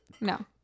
No